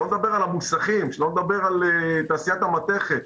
לא מדבר על המוסכים, על תעשיית המתכת.